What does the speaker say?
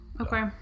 Okay